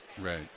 right